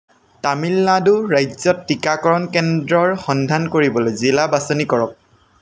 তামিলনাডু ৰাজ্যত টীকাকৰণ কেন্দ্ৰৰ সন্ধান কৰিবলৈ জিলা বাছনি কৰক